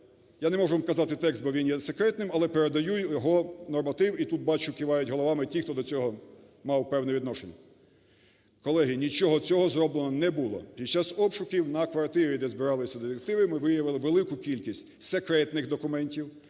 Я не можу вам казати текст, бо він є секретним. Але передаю його норматив і тут, бачу, кивають головами ті, хто до цього мав певне відношення. Колеги, нічого цього зроблено не було. Під час обшуків на квартирі, де збиралися детективи, ми виявили велику кількість секретних документів,